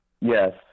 Yes